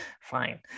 Fine